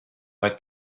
vai